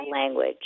language